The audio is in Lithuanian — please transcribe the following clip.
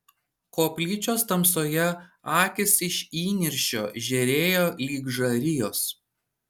koplyčios tamsoje akys iš įniršio žėrėjo lyg žarijos